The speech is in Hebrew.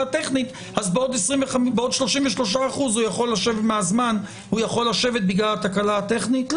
טכנית אז בעוד 33% מהזמן הוא יכול לשבת בגלל התקלה הטכנית?